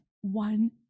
one